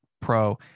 pro